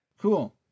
Cool